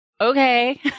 okay